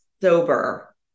sober